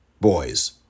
boys